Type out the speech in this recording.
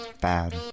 bad